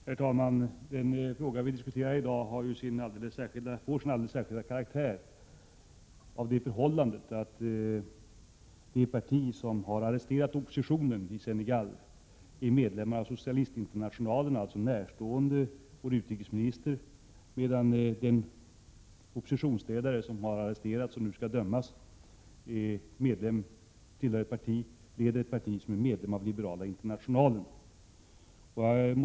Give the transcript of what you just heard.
Herr talman! Den fråga vi diskuterar i dag får sin alldeles särskilda karaktär av det förhållandet att det parti som ligger bakom arresteringen av oppositionspolitiker i Senegal är medlem i Socialistinternationalen, och alltså närstående vår utrikesminister, medan den oppositionsledare som arresterats och som skall dömas, leder ett parti som är medlem av Liberala internationalen.